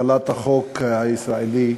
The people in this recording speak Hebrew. החלת החוק הישראלי,